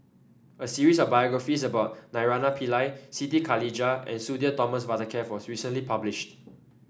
a series of biographies about Naraina Pillai Siti Khalijah and Sudhir Thomas Vadaketh was recently published